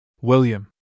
William